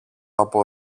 από